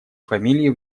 фамилии